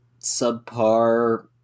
subpar